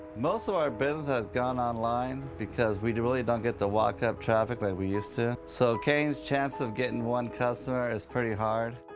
most of our business has gone online, because we really don't get the walk-up traffic like we used to, so caine's chance of getting one customer is pretty hard.